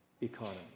economy